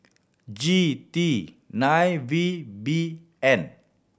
G T nine V B N